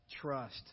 Trust